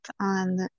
on